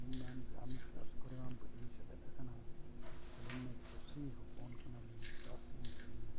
ᱟᱹᱞᱤᱧᱢᱟ ᱵᱮᱭᱟᱢ ᱠᱮᱞᱟᱥ ᱠᱚᱨᱮ ᱦᱚᱸ ᱵᱟᱹᱞᱤᱧ ᱥᱮᱞᱮᱫ ᱟᱠᱟᱱᱟ ᱟᱹᱞᱤᱧᱢᱟ ᱪᱟᱹᱥᱤ ᱦᱚᱯᱚᱱ ᱠᱟᱱᱟᱞᱤᱧ ᱪᱟᱥ ᱞᱤᱧ ᱠᱟᱹᱢᱤᱭᱟ